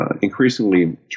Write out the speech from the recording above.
increasingly